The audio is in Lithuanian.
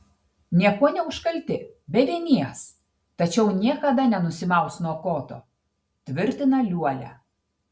niekuo neužkalti be vinies tačiau niekada nenusimaus nuo koto tvirtina liuolia